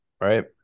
Right